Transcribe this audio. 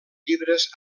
llibres